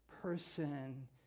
person